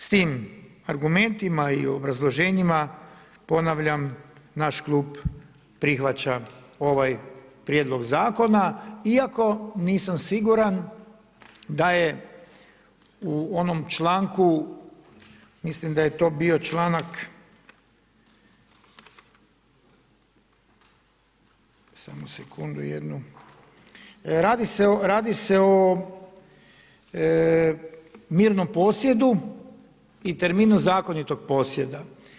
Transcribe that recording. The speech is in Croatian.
S tim argumentima i obrazloženjima ponavljam, naš klub prihvaća ovaj Prijedlog Zakona iako nisam siguran da je u onom članku, mislim da je to bio čl., samo sekundu jednu, radi se o mirnom posjedu i terminu zakonitog posjeda.